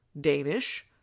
Danish